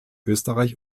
österreich